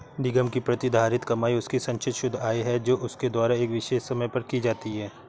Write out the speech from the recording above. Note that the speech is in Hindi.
निगम की प्रतिधारित कमाई उसकी संचित शुद्ध आय है जो उसके द्वारा एक विशेष समय पर की जाती है